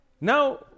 Now